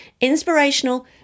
inspirational